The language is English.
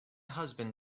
husband